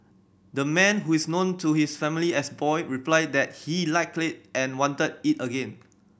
the man who is known to his family as Boy replied that he likely and wanted it again